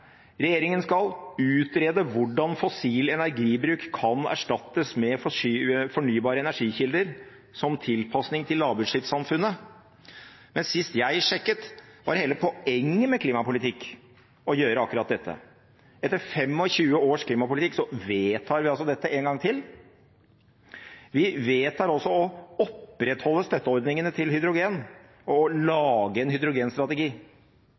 Regjeringen skal utrede «hvordan fossil energibruk i Norge kan erstattes med fornybare energikilder som tilpasning til lavutslippssamfunnet.» Men sist jeg sjekket var hele poenget med klimapolitikk å gjøre akkurat dette. Etter 25 års klimapolitikk vedtar vi altså dette en gang til. Vi vedtar også å opprettholde støtteordningene til hydrogen og å lage en hydrogenstrategi,